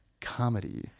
comedy